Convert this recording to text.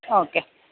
okay